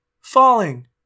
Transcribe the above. Falling